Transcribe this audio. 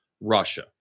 Russia